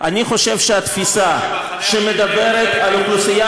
אני חושב שהתפיסה שמדברת על האוכלוסייה